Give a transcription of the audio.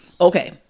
Okay